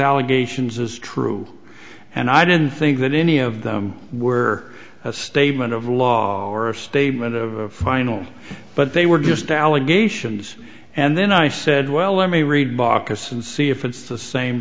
allegations as true and i didn't think that any of them were a statement of law or a statement of final but they were just allegations and then i said well let me read baucus and see if it's the same